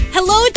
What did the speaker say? Hello